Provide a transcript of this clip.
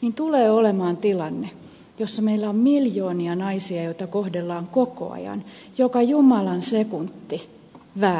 niin tulee olemaan tilanne jossa meillä on miljoonia naisia joita kohdellaan koko ajan joka jumalan sekunti väärin